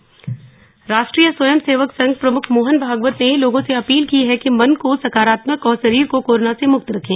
मोहन भागवत राष्ट्रीय स्वयं सेवक संघ प्रमुख मोहन भागवत ने लोगों से अपील की है कि मन को सकारात्मक और शरीर को कोरोना से मुक्त रखें